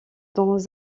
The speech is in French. dont